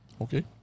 Okay